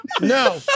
No